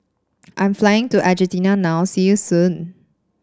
I'm flying to Argentina now see you soon